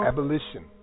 Abolition